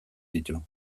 ditu